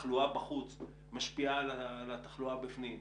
שהתחלואה בחוץ משפיעה על התחלואה בפנים,